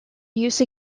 use